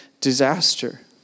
disaster